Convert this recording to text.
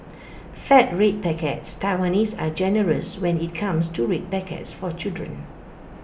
fat red packets Taiwanese are generous when IT comes to red packets for children